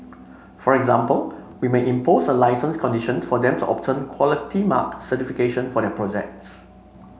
for example we may impose a licence condition for them to obtain Quality Mark certification for their projects